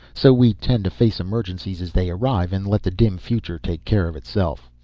so we tend to face emergencies as they arrive and let the dim future take care of itself.